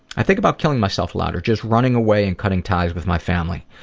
i think about killing myself a lot or just running away and cutting ties with my family.